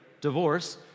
divorce